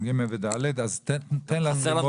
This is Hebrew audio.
מדברים